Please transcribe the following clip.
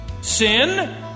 sin